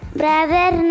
brother